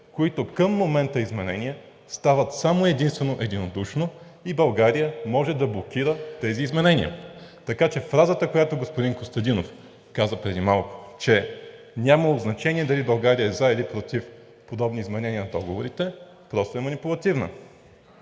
които към момента изменения стават само и единствено единодушно и България може да блокира тези изменения. Така че фразата, която господин Костадинов каза преди малко, че нямало значение дали България е за или против подобни изменения на договорите, просто е манипулативна,